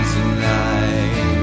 Tonight